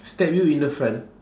stab you in the front